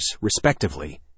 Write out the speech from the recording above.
respectively